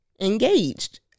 engaged